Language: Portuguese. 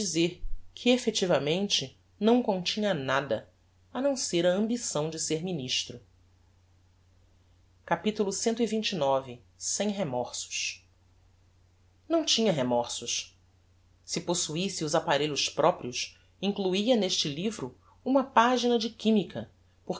dizer que effectivamente não continha nada a não ser a ambição de ser ministro capitulo cxxix sem remorsos não tinha remorsos se possuisse os apparelhos proprios incluia neste livro uma pagina de chimica